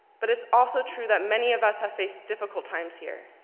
but it's also true that many of us have faced difficult times here,